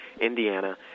indiana